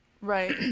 Right